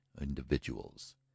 individuals